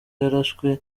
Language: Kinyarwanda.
yarashwe